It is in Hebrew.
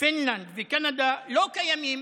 פינלנד וקנדה, לא קיימים